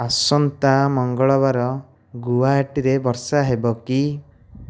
ଆସନ୍ତା ମଙ୍ଗଳବାର ଗୁଆହାଟୀରେ ବର୍ଷା ହେବ କି